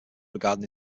regarding